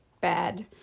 bad